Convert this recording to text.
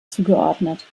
zugeordnet